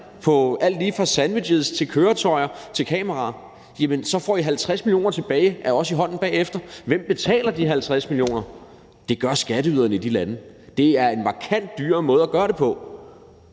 på alt lige fra sandwiches til køretøjer til kameraer, får I 50 mio. kr. tilbage af os i hånden bagefter. Hvem betaler de 50 mio. kr.? Det gør skatteyderne i de lande. Det er en markant dyrere måde at gøre det på.